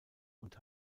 und